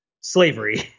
slavery